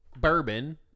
bourbon